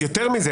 יתרה מזאת,